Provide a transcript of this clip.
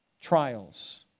trials